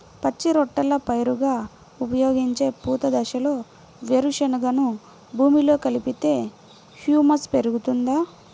పచ్చి రొట్టెల పైరుగా ఉపయోగించే పూత దశలో వేరుశెనగను భూమిలో కలిపితే హ్యూమస్ పెరుగుతుందా?